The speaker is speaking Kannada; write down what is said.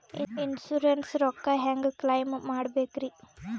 ಇನ್ಸೂರೆನ್ಸ್ ರೊಕ್ಕ ಹೆಂಗ ಕ್ಲೈಮ ಮಾಡ್ಬೇಕ್ರಿ?